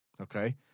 Okay